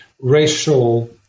racial